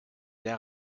der